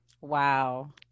Wow